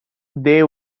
they